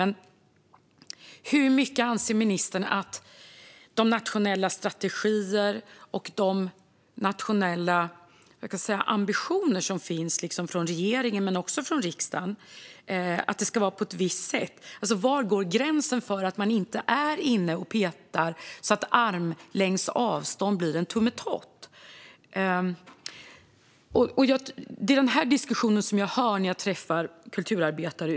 Jag undrar vad ministern anser om de nationella strategier och de nationella ambitioner som finns från regeringen men också från riksdagen om att det ska vara på ett visst sätt. Var går gränsen för att man inte är inne och petar så att armlängds avstånd blir en tummetott? Det är den diskussion som jag också hör när jag är ute och träffar kulturarbetare.